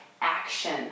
action